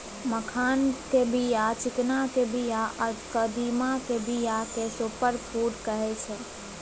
मखानक बीया, चिकनाक बीया आ कदीमाक बीया केँ सुपर फुड कहै छै